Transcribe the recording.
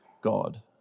God